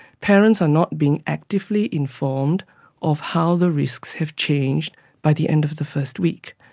parents are not being actively informed of how the risks have changed by the end of the first week.